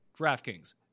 DraftKings